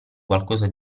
qualcosa